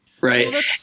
right